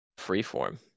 Freeform